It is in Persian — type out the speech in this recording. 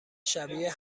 شبیه